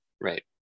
Right